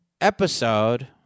episode